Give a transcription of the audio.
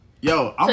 Yo